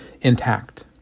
intact